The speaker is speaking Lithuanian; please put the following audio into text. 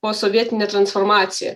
posovietinė transformacija